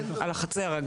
על החצר.